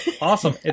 Awesome